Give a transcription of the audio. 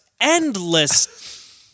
endless